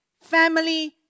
Family